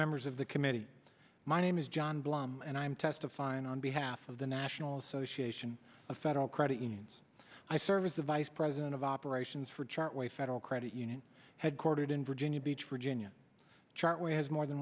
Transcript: members of the committee my name is john bluhm and i'm testifying on behalf of the national association of federal credit unions i serve as a vice president of operations for chart way federal credit union headquartered in virginia beach virginia chart which has more than